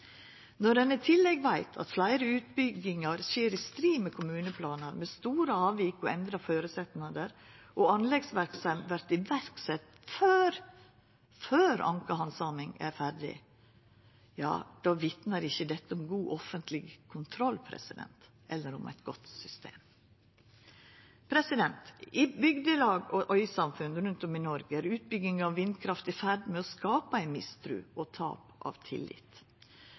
Når ein i tillegg veit at fleire utbyggingar skjer i strid med kommuneplanar, med store avvik og endra føresetnader, og at anleggsverksemd vert sett i verk før ankehandsaminga er ferdig – ja, då vitnar ikkje dette om god offentleg kontroll eller om eit godt system. I bygdelag og øysamfunn rundt om i Noreg er utbygging av vindkraft i ferd med å skapa ei mistru og tap av tillit.